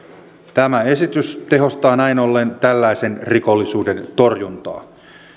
tämä esitys tehostaa näin ollen tällaisen rikollisuuden torjuntaa